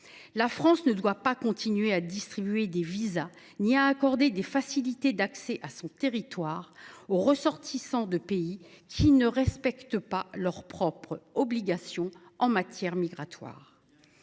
la France ne doit pas continuer de distribuer des visas et d’accorder des facilités d’accès à son territoire aux ressortissants de pays qui ne respectent pas leurs propres obligations en matière migratoire.